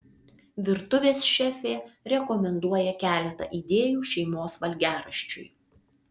virtuvės šefė rekomenduoja keletą idėjų šeimos valgiaraščiui